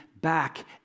back